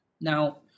Now